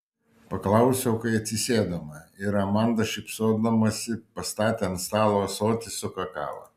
paklausiau kai atsisėdome ir amanda šypsodamasi pastatė ant stalo ąsotį su kakava